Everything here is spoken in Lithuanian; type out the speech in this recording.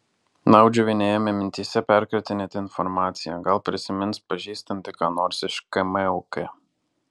naudžiuvienė ėmė mintyse perkratinėti informaciją gal prisimins pažįstanti ką nors iš kmuk